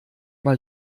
mal